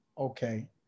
Okay